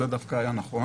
זה דווקא היה נכון